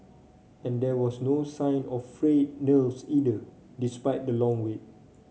and there was no sign of frayed nerves either despite the long wait